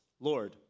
Lord